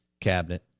cabinet